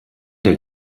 der